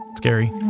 scary